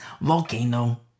volcano